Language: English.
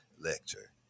lecture